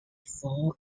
foil